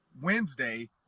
Wednesday